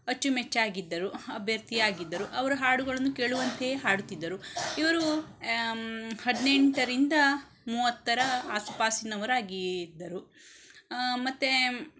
ಅಚ್ಚುಮೆಚ್ಚಾಗಿದ್ದರು ಅಭ್ಯರ್ಥಿಯಾಗಿದ್ದರು ಅವರ ಹಾಡುಗಳನ್ನು ಕೇಳುವಂತೆಯೇ ಹಾಡುತ್ತಿದ್ದರು ಇವರು ಹದಿನೆಂಟರಿಂದ ಮೂವತ್ತರ ಆಸುಪಾಸಿನವರಾಗಿಯೇ ಇದ್ದರು ಮತ್ತೆ